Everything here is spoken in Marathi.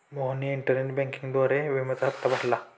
मोहनने इंटरनेट बँकिंगद्वारे विम्याचा हप्ता भरला